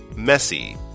MESSY